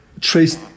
traced